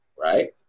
right